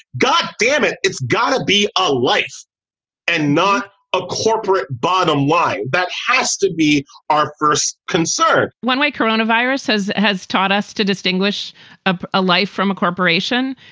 god damn it, it's got to be a life and not a corporate bottom line, that has to be our first concern when my coronaviruses has taught us to distinguish a a life from a corporation,